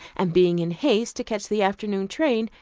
and being in haste to catch the afternoon train,